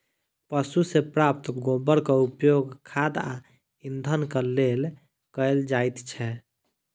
पशु सॅ प्राप्त गोबरक उपयोग खाद आ इंधनक लेल कयल जाइत छै